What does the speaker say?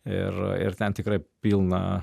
ir ir ten tikrai pilna